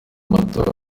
matora